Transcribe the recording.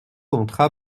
entra